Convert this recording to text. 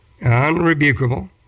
unrebukable